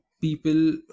people